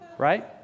Right